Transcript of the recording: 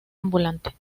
ambulante